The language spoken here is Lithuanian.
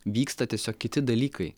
vyksta tiesiog kiti dalykai